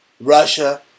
Russia